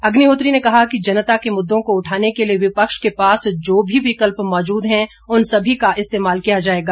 अग्निहोत्री ने कहा कि जनता के मुद्दों को उठाने के लिए विपक्ष के पास जो भी विकल्प मौजूद हैं उन सभी का इस्तेमाल किया जाएगा